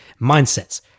mindsets